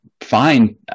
fine